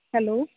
hello